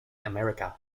america